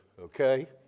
okay